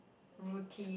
routine